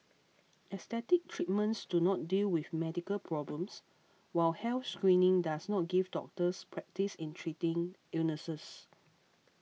aesthetic treatments do not deal with medical problems while health screening does not give doctors practice in treating illnesses